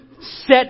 Set